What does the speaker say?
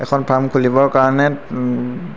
এখন ফাৰ্ম খুলিবৰ কাৰণে